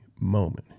moment